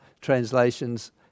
translations